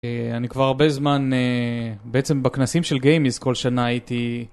אני כבר הרבה זמן, בעצם בכנסים של GameIS כל שנה הייתי...